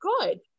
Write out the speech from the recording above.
good